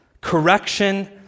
correction